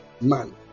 man